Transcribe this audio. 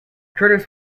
curtis